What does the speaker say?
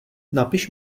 napiš